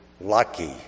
lucky